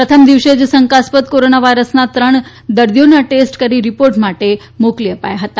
પ્રથમ દિવસે જ શંકાસ્પદ કોરોના વાયરસના ત્રણ દર્દીઓના ટેસ્ટ કરી રિપોર્ટ માટે મોકલી અપાયા હતા